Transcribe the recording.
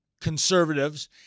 conservatives